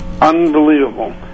unbelievable